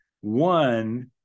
One